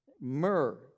myrrh